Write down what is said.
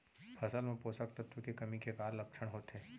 फसल मा पोसक तत्व के कमी के का लक्षण होथे?